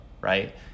right